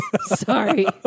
Sorry